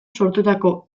sortutako